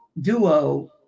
duo